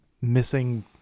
missing